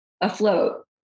afloat